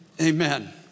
Amen